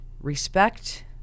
respect